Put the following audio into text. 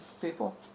people